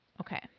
Okay